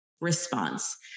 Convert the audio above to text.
response